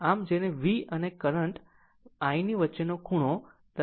આમ આ તે છે જેને વોલ્ટેજ અને કરંટ I ની વચ્ચેનું ખૂણો 10